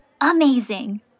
Amazing